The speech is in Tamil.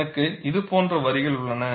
எனக்கு இது போன்ற வரிகள் உள்ளன